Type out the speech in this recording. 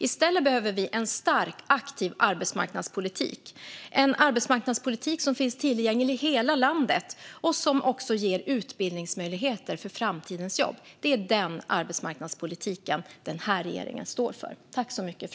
I stället behöver vi en stark och aktiv arbetsmarknadspolitik som finns tillgänglig i hela landet och som ger utbildningsmöjligheter för framtidens jobb. Det är en sådan arbetsmarknadspolitik som regeringen står för.